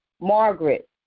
Margaret